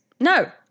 No